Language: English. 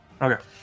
Okay